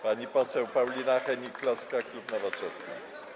Pani poseł Paulina Hennig-Kloska, klub Nowoczesna.